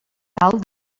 cal